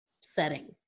setting